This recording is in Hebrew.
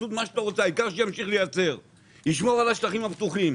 העיקר שימשיך לייצר וישמור על השטחים הפתוחים.